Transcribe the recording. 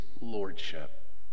lordship